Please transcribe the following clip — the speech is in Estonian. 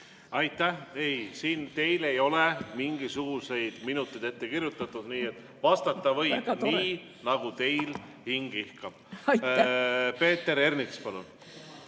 Aitäh! Ei, teile ei ole mingisuguseid minuteid ette kirjutatud, nii et vastata võib nii, nagu teil hing ihkab. Peeter Ernits, palun!